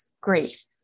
Great